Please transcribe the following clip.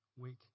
week